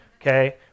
okay